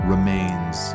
remains